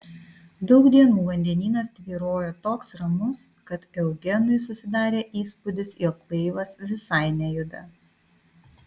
daug dienų vandenynas tvyrojo toks ramus kad eugenui susidarė įspūdis jog laivas visai nejuda